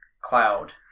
cloud